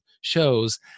shows